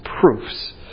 proofs